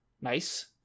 Nice